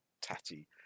tatty